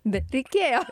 bet reikėjo